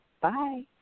bye